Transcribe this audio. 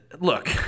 look